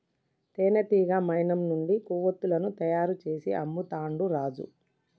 తేనెటీగ మైనం నుండి కొవ్వతులను తయారు చేసి అమ్ముతాండు రాజు